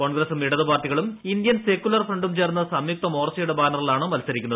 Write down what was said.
കോൺഗ്രസും ഇടത് പാർട്ടികളും ഇന്ത്യൻ സെക്യുലർ ഫ്രണ്ടും ചേർന്ന് സംയുക്ത മോർച്ചയുടെ ബാനറിലാണ് മത്സരിക്കുന്നത്